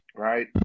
Right